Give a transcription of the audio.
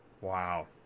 Wow